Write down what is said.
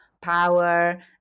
power